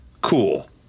Cool